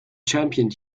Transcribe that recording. championed